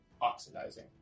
oxidizing